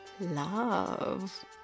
love